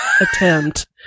attempt